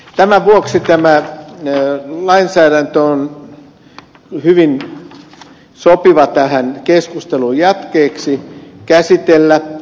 tämän vuoksi tämä lainsäädäntö on hyvin sopiva tähän keskustelun jatkeeksi käsitellä